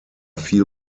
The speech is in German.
fiel